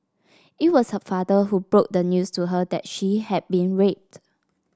it was her father who broke the news to her that she had been raped